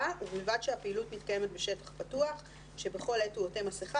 ובלבד שהפעילות מתקיימת בשטח פתוח שבכל עת הוא עוטה מסכה